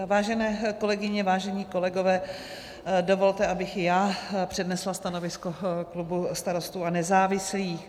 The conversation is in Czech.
Vážené kolegyně, vážení kolegové, dovolte, abych i já přednesla stanovisko klubu Starostů a nezávislých.